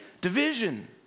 division